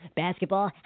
basketball